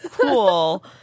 cool